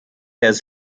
has